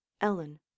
Ellen